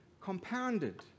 compounded